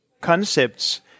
concepts